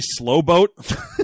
Slowboat